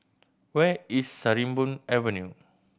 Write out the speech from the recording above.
where is Sarimbun Avenue